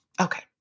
Okay